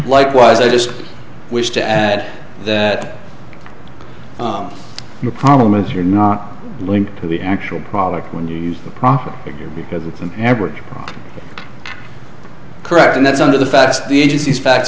likewise i just wish to add that the problem is you're not linked to the actual product when you use the profit figure because it's an average correct and that's under the facts the agency's fact